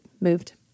moved